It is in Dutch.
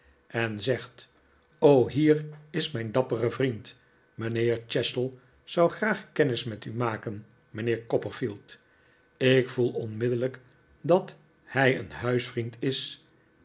en zegt hier is mijn dappere vriend mijnheer chestle zou graag kennis met u maken mijnheer copperfield ik voel onmiddellijk dat hij een huisvriend is